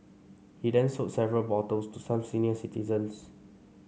he then sold several bottles to some senior citizens